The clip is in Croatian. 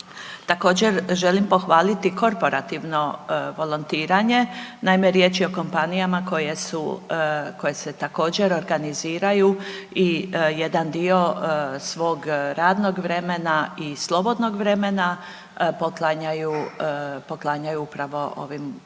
Također, želim pohvaliti korporativno volontiranje, naime, riječ je kompanijama koje se također, organiziraju i jedan dio svog radnog vremena i slobodnog vremena poklanjaju upravo ovim ustanovama